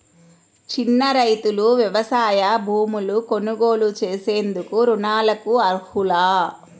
చిన్న రైతులు వ్యవసాయ భూములు కొనుగోలు చేసేందుకు రుణాలకు అర్హులా?